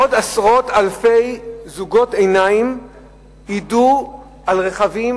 עוד עשרות אלפי זוגות עיניים ידעו על רכבים,